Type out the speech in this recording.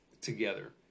together